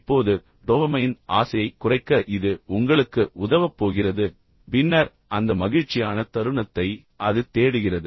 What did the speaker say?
இப்போது டோபமைன் ஆசையைக் குறைக்க இது உங்களுக்கு உதவப் போகிறது பின்னர் அந்த மகிழ்ச்சியான தருணத்தை அது தேடுகிறது